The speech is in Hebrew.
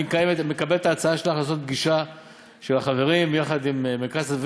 אני מקבל את הצעתך לעשות פגישה של החברים יחד עם "מרכז אדוה"